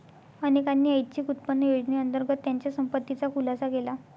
अनेकांनी ऐच्छिक उत्पन्न योजनेअंतर्गत त्यांच्या संपत्तीचा खुलासा केला